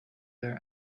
their